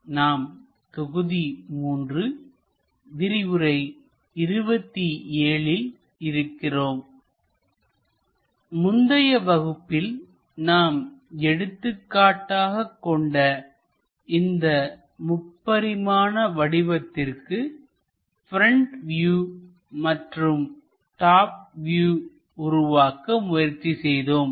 நாம் தொகுதி 3 விரிவுரை 27 ல் இருக்கிறோம் முந்தைய வகுப்பில் நாம் எடுத்துக்காட்டாக கொண்ட இந்த முப்பரிமாண வடிவத்திற்கு ப்ரெண்ட் வியூ மற்றும் டாப் வியூ உருவாக்க முயற்சி செய்தோம்